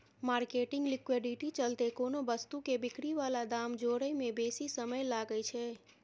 marketing liquidity चलते कोनो वस्तु के बिक्री बला दाम जोड़य में बेशी समय लागइ छइ